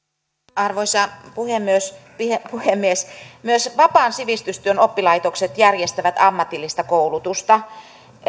arvoisa puhemies myös vapaan sivistystyön oppilaitokset järjestävät ammatillista koulutusta